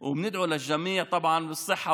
ראשית,